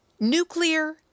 NUCLEAR